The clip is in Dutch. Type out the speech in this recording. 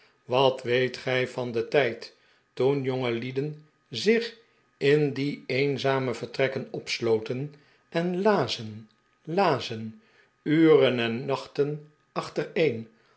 wat weet gij van den tijd toen jongeliederi zich in die eenzame vertrekken opsloten en lazen lazen uren en nachten achtereen